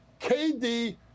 KD